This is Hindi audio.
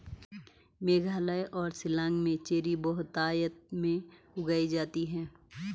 मेघालय और शिलांग में चेरी बहुतायत में उगाई जाती है